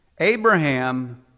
Abraham